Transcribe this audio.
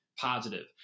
positive